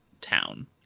town